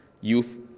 youth